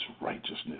righteousness